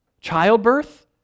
Childbirth